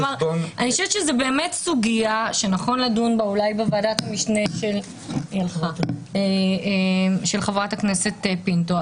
זאת סוגיה שאולי נכון לדון בה בוועדת המשנה של חברת הכנסת פינטו,